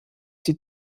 die